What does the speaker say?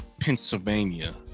Pennsylvania